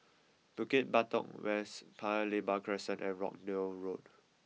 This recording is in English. Bukit Batok West Paya Lebar Crescent and Rochdale Road